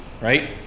right